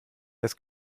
das